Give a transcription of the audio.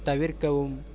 தவிர்க்கவும்